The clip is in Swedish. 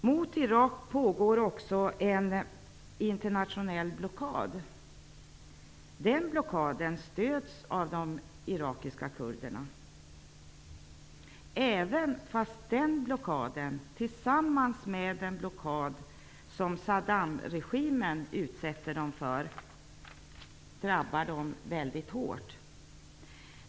Mot Irak pågår också en internationell blockad, som stöds av de irakiska kurderna -- även om den, tillsammans med den blockad som Saddamregimen utsätter dem för, drabbar dem väldigt hårt.